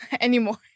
Anymore